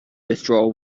withdrawal